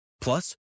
Plus